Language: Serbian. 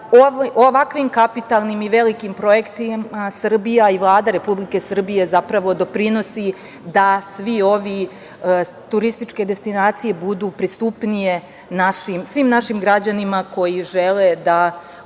ovakvim kapitalnim i velikim projektima Srbija i Vlada Republike Srbije doprinosi da sve ove turističke destinacije budu pristupnije svim našim građanima koji žele da